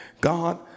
God